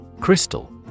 Crystal